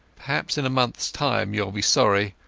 perhaps in a monthas time youall be sorry,